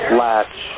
latch